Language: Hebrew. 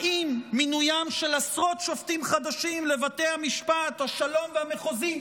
האם מינוים של עשרות שופטים חדשים לבתי המשפט השלום והמחוזי,